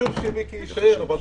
חשוב שמיקי יישאר.